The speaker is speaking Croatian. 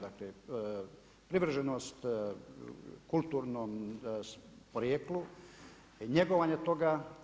Dakle, privrženost kulturnom porijeklu, njegovanje toga.